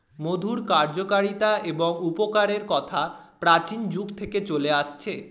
মধুর কার্যকারিতা এবং উপকারের কথা প্রাচীন যুগ থেকে চলে আসছে